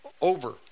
over